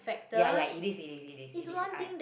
ya ya it is it is it is it is I